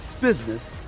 business